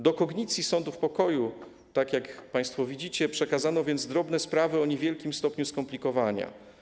Do kognicji sądów pokoju, tak jak państwo widzicie, przekazano więc drobne sprawy o niewielkim stopniu skomplikowania.